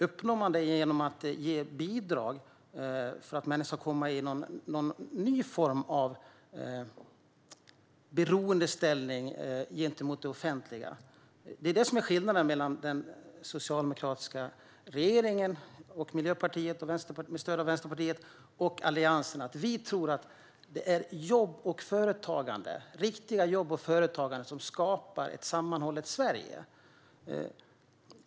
Uppnår man det genom att ge bidrag, så att människor hamnar i en ny form av beroendeställning gentemot det offentliga? Det är detta som är skillnaden mellan den socialdemokratiska och miljöpartistiska regeringen, med stöd av Vänsterpartiet, och Alliansen. Vi tror att det är riktiga jobb och företagande som skapar ett sammanhållet Sverige.